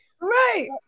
Right